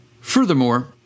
Furthermore